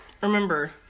Remember